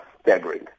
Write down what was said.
staggering